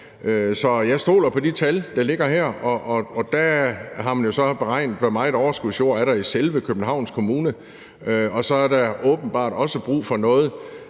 jeg stoler på de tal, der ligger her, og der har man jo så beregnet, hvor meget overskudsjord der er i selve Københavns Kommune; og så er der åbenbart også brug for noget